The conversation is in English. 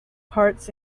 parts